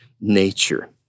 nature